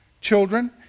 children